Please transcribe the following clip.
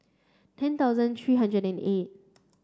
ten thousand three hundred and eight